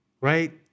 right